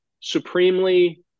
supremely